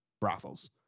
brothels